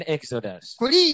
Exodus